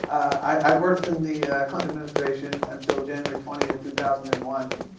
i worked in the clinton administration until january twentieth, two thousand and one,